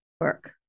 work